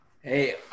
Hey